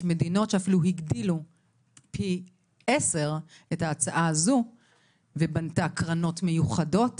יש מדינות שאפילו הגדילו פי 10 את ההצעה הזו ובנו קרנות מיוחדות